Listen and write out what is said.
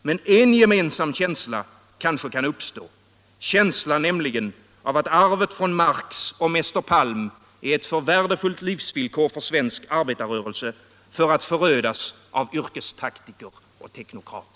Men er gemensam känstla kanske kan uppstå, nämligen känslan av att arvet från Marx och mäster Palm är ett för värdefullt livsvillkor för svensk arbetarrörelse för att förödas av yrkestaktiker och teknokrater.